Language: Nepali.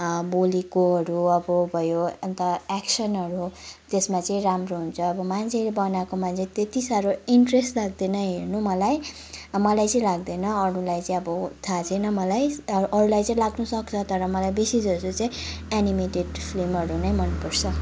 बोलेकोहरू अब भयो अन्त एक्सनहरू त्यसमा चाहिँ राम्रो हुन्छ अब मान्छेले बनाएकोमा चाहिँ त्यति साह्रो इन्ट्रेस्ट लाग्दैन हेर्नु मलाई अब मलाई चाहिँ लाग्दैन अरूलाई चाहिँ अब थाहा छैन मलाई तर अरूलाई चाहिँ लाग्न सक्छ तर मलाई बेसी जस्तो चाहिँ एनिमेडेट फ्लिमहरू नै मनपर्छ